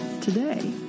today